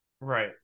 Right